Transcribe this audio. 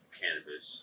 cannabis